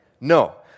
No